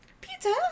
Pizza